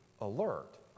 alert